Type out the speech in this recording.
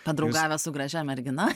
padraugavęs su gražia mergina